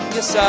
Yes